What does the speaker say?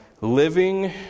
Living